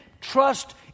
trust